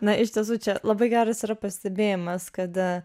na iš tiesų čia labai geras yra pastebėjimas kad